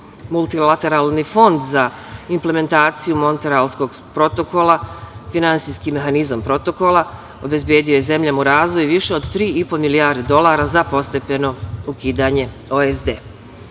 Multilateralni fond za implementaciju Montrealskog protokola, finansijski mehanizam protokola obezbedio je zemljama u razvoju više od 3,5 milijardi dolara za postepeno ukidanje